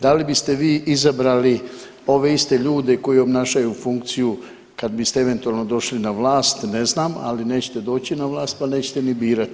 Da li biste vi izabrali ove iste ljude koji obnašaju funkciju kad biste eventualno došli na vlast, ne znam, ali nećete doći na vlast, pa nećete ni birati.